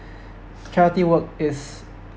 charity work is